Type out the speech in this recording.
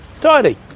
tidy